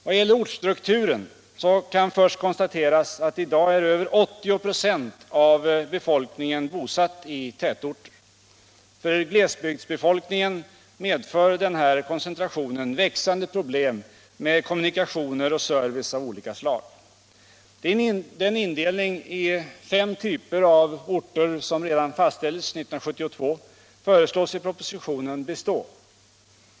Vad gäller ortsstrukturen kan först konstateras att i dag är över 80 96 av befolkningen bosatt i tätorter. För glesbygdsbefolkningen medför denna koncentration växande problem med kommunikationer och service av olika slag. Den indelning i fem typer av orter som fastställdes redan 1972 föreslås i propositionen bestå.